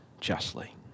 justly